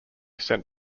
sent